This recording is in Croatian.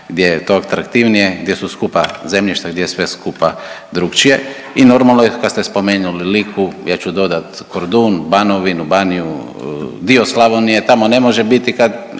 gdje je to atraktivnije, gdje su skupa zemljišta i gdje je sve skupa drukčije. I normalno je kad ste spomenuli Liku, ja ću dodat Kordun, Banovinu, Baniju, dio Slavonije, tamo ne može biti kad